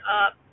up